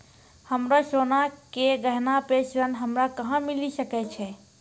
हमरो सोना के गहना पे ऋण हमरा कहां मिली सकै छै?